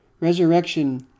Resurrection